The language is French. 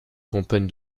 campagne